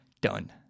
done